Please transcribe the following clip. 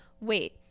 wait